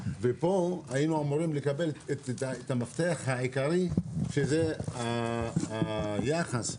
ופה היינו אמורים לקבל את המפתח העיקרי שזה היחס המיועד,